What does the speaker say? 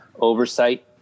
oversight